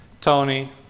Tony